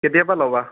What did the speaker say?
কেতিয়া পৰা ল'বা